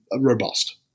robust